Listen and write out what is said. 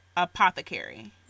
Apothecary